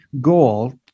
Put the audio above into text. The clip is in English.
goal